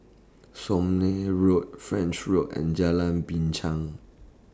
Somme Road French Road and Jalan Binchang